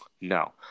no